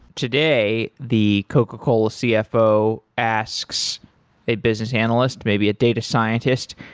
today, the coca-cola cfo asks a business analyst, may be a data scientist,